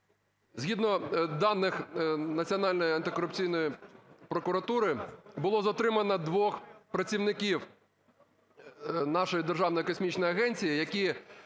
згідно даних Національної антикорупційної прокуратури було затримано двох працівників нашої Державної космічної агенції, які